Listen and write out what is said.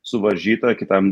suvaržyta kitam